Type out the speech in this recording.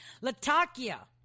Latakia